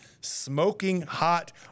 smoking-hot